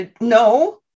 No